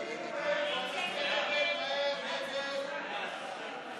הצעת סיעות יש עתיד-תל"ם להביע אי-אמון בממשלה לא